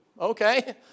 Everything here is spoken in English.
Okay